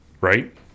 right